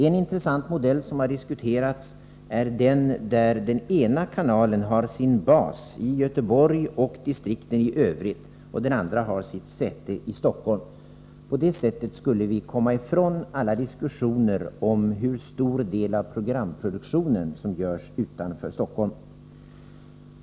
En intressant modell som har diskuterats är den där den ena kanalen har sin bas i Göteborg och distrikten i övrigt och den andra har sitt säte i Stockholm. På det sättet skulle vi komma ifrån alla diskussioner om hur stor del av programproduktionen som görs utanför Stockholm.